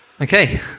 Okay